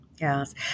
Yes